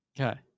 okay